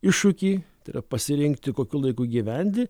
iššūkį tai yra pasirinkti kokiu laiku gyventi